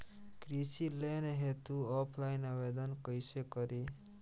कृषि लोन हेतू ऑफलाइन आवेदन कइसे करि?